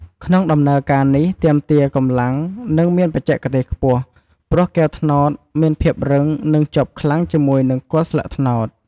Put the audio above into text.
ក្នុងដំណើរការនេះ ទាមទារកម្លាំង និងមានបច្ចេទេសខ្ពស់ ព្រោះគាវត្នោតមានភាពរឹងនិងជាប់ខ្លាំងជាមួយនឹង គល់ស្លឹកត្នោត។